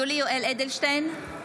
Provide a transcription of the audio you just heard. (קוראת בשמות חברי הכנסת) יולי יואל אדלשטיין,